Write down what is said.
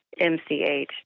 MCH